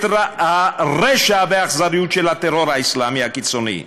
הרשע והאכזריות של הטרור האסלאמי הקיצוני,